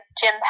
Jim